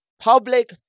public